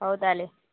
ହଉ ତା'ହେଲେ